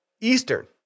Eastern